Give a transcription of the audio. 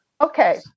Okay